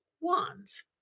Wands